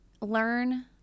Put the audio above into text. Learn